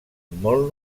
molt